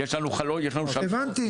- -יש לנו חלון זמן.